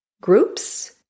groups